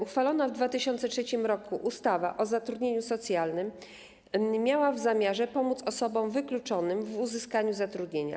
Uchwalona w 2003 r. ustawa o zatrudnieniu socjalnym miała pomóc osobom wykluczonym w uzyskaniu zatrudnienia.